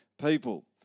people